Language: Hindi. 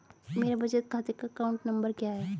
मेरे बचत खाते का अकाउंट नंबर क्या है?